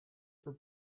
for